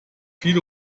viel